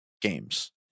games